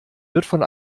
von